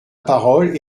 parole